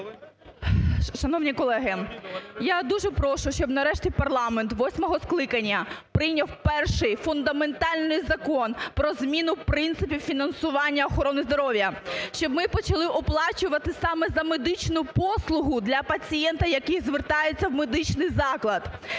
Шановні колеги, я дуже прошу, щоб нарешті парламент восьмого скликання прийняв перший фундаментальний закон про зміну принципів фінансування охорони здоров'я, щоб ми почали оплачувати саме за медичну послугу для пацієнта, який звертається в медичний заклад.